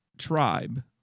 tribe